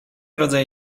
rodzaje